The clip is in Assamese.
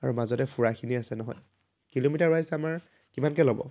আৰু মাজতে ফুৰাখিনি আছে নহয় কিলোমিটাৰ ৱাইজ আমাৰ কিমানকৈ ল'ব